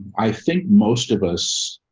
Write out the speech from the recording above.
i think most of us,